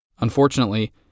Unfortunately